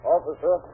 Officer